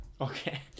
Okay